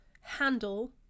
handle